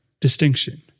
distinction